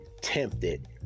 tempted